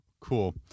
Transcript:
cool